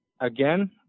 again